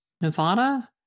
Nevada